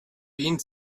wien